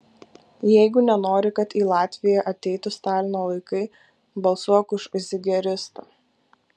jeigu nenori kad į latviją ateitų stalino laikai balsuok už zigeristą